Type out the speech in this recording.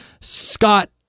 Scott